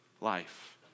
life